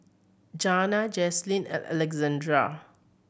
Janna Jaclyn and Alexzander